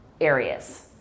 areas